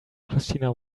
christina